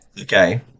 okay